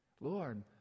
Lord